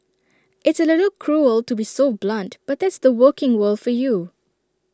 it's A little cruel to be so blunt but that's the working world for you